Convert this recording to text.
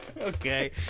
Okay